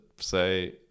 say